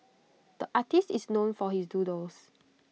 the artist is known for his doodles